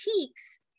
antiques